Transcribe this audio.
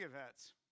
events